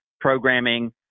programming